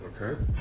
okay